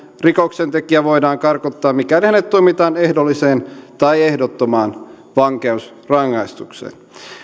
rikoksentekijä voidaan karkottaa mikäli hänet tuomitaan ehdolliseen tai ehdottomaan vankeusrangaistukseen